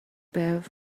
байв